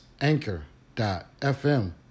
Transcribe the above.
anchor.fm